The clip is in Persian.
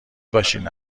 باشین